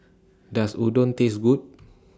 Does Udon Taste Good